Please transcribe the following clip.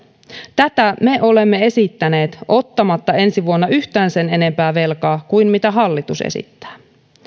tätä me olemme esittäneet ottamatta ensi vuonna yhtään sen enempää velkaa kuin mitä hallitus esittää